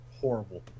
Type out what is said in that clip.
horrible